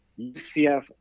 UCF